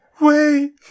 Wait